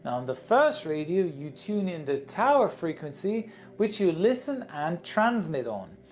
on the first radio, you tune in the tower frequency which you listen and transmit on.